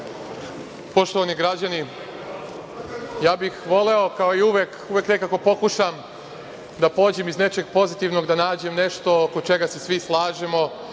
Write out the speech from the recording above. građani, ja bih voleo, kao i uvek, uvek nekako pokušam da pođem iz nečeg pozitivnog, da nađem nešto oko čega se svi slažemo